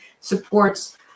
supports